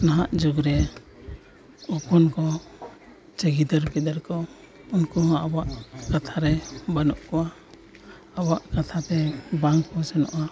ᱱᱟᱦᱟᱜ ᱡᱩᱜᱽ ᱨᱮ ᱦᱚᱯᱚᱱ ᱠᱚ ᱥᱮ ᱜᱤᱫᱟᱹᱨ ᱯᱤᱫᱟᱹᱨ ᱠᱚ ᱩᱱᱠᱩ ᱦᱚᱸ ᱟᱵᱚᱣᱟᱜ ᱠᱟᱛᱷᱟᱨᱮ ᱵᱟᱹᱱᱩᱜ ᱠᱚᱣᱟ ᱟᱵᱚᱣᱟᱜ ᱠᱟᱛᱷᱟ ᱛᱮ ᱵᱟᱝ ᱠᱚ ᱥᱮᱱᱚᱜᱼᱟ